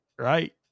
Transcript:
right